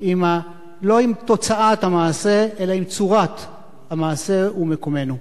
לא עם תוצאת המעשה אלא עם צורת המעשה ומקומנו.